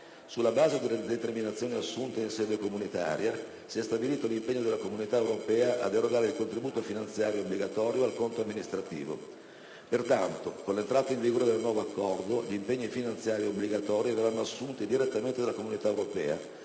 Sulla base delle determinazioni assunte in sede comunitaria, si è stabilito l'impegno della Comunità europea ad erogare il contributo finanziario obbligatorio al conto amministrativo. Pertanto, con l'entrata in vigore del nuovo accordo, gli impegni finanziari obbligatori verranno assunti direttamente dalla Comunità europea,